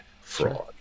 fraud